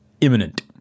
imminent